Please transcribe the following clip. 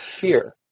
fear